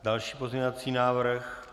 Další pozměňovací návrh?